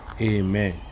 Amen